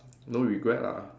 no regret lah